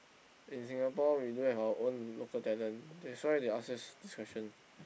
in Singapore we do have our own local talent that's why they ask us this question